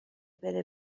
بره